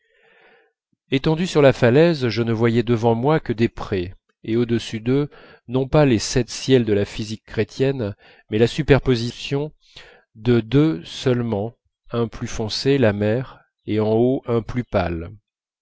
étendu sur la falaise je ne voyais devant moi que des prés et au-dessus d'eux non pas les sept ciels de la physique chrétienne mais la superposition de deux seulement un plus foncé de la mer et en haut un plus pâle